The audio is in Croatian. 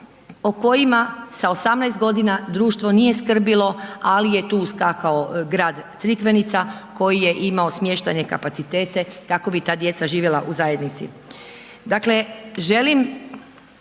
o kojima sa 18 g. društvo nije skrbilo ali je tu uskakao grad Crikvenica koji je ima smještajne kapacitete kako bi ta djeca živjela u zajednici.